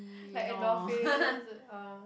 like endorphins ah